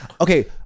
okay